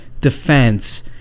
defense